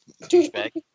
douchebag